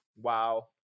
Wow